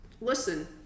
Listen